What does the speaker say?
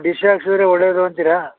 dish ಹಾಕ್ಸಿದರೆ ಒಳ್ಳೆಯದು ಅಂತೀರಾ